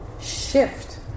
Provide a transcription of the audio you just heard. shift